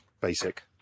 basic